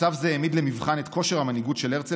מצב זה העמיד למבחן את כושר המנהיגות של הרצל